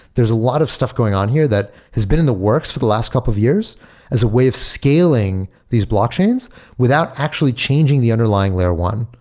there's a lot of stuff going on here that has been in the works of the last couple of years as a way of scaling these block chains without actually changing the underlying layer one,